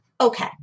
Okay